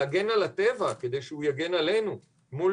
להגן על הטבע כדי שהוא יגן עלינו מול